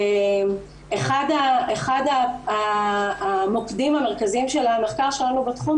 אחד המוקדים המרכזיים של המחקר שלנו בתחום